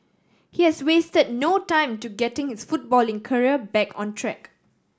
he has wasted no time to getting his footballing career back on track